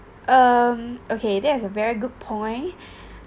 um okay that is a very good point